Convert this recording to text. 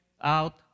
out